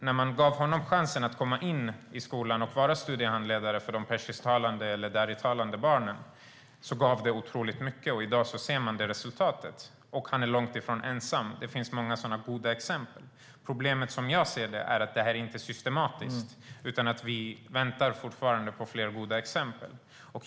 När man gav honom chansen att komma in i skolan och vara studiehandledare för de persisktalande eller daritalande barnen gav det otroligt mycket, och i dag ser man resultatet. Han är långt ifrån ensam. Det finns många sådana goda exempel. Problemet är, som jag ser det, att detta inte är systematiskt utan att vi fortfarande väntar på fler goda exempel.